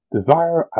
Desire